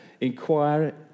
inquire